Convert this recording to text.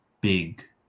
big